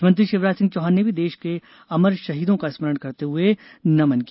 मुख्यमंत्री शिवराज सिंह चौहान ने भी देश के अमर शहीदों का स्मरण करते हुए उन्हें नमन किया